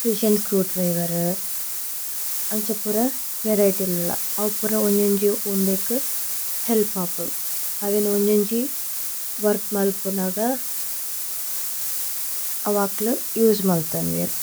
പ്രിസിഓന് screwdriver അന്ജപുര variety ലുല അന്ജപുര। ഓന്ജേന്ജി ഊന്ദേകു ഹേല്പ് ആപുന് അവിന് ഓന്ജേന്ജി വോര്ക്। മല്പുനഗ അവകുലു ഉസേ മല്ഥോഅന് വീര്।